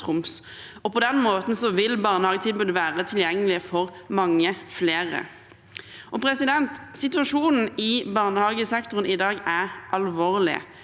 På den måten vil barnehagetilbudet være tilgjengelig for mange flere. Situasjonen i barnehagesektoren i dag er alvorlig.